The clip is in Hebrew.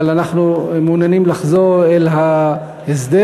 אבל אנחנו מעוניינים לחזור אל ההסדר